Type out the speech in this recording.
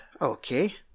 Okay